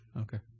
Okay